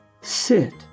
sit